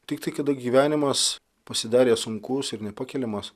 tiktai kada gyvenimas pasidarė sunkus ir nepakeliamas